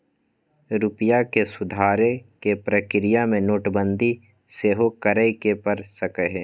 रूपइया के सुधारे कें प्रक्रिया में नोटबंदी सेहो करए के पर सकइय